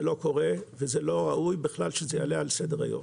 זה לא קורה וזה לא ראוי בכלל שזה יעלה על סדר היום.